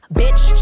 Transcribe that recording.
bitch